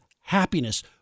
happiness